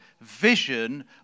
vision